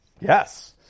Yes